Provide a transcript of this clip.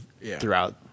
throughout